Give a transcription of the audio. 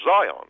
Zion